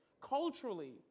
culturally